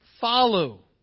follow